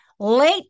Late